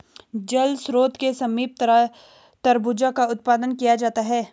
जल स्रोत के समीप तरबूजा का उत्पादन किया जाता है